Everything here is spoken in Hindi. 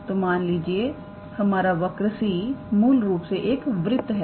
तो मान लीजिए हमारा वर्क C मूल रूप से एक वृत्त है